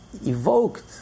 evoked